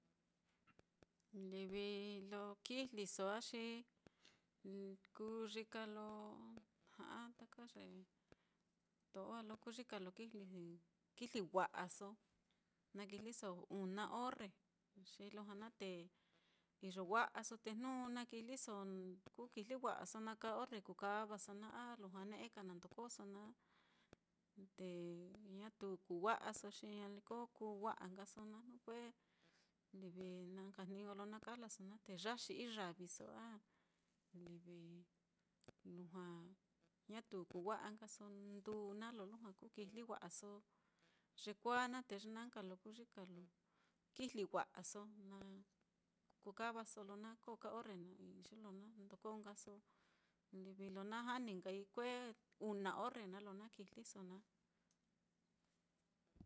Livi lo kijliso á, xi livi kuyika lo ja'a taka ye to'o á, lo kuyika lo kijli wa'aso, na kijliso una orre xi lujua naá te iyo wa'aso te jnu na kijliso, kú kijli wa'aso na kaa orre kukavaso, a lujua ne'eka na ndokóso naá, te ñatu kuu wa'aso xi ñaliko kuu wa'ankaso naá, kue livi na nka jniño lo na kajlaso naá, te yaxi iyaviso a livi lujua ñatu kuu wa'a nkaso nduu naá, lo lujua kú kijli wa'aso yekuāā naá, te ye naá lo kuyika lo kijli wa'aso, na kukavaso lo na koo ka orre naá, i'i ye na ndoko nkaso livi lo na jani nkai kue una orre naá lo na kijliso naá.